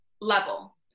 level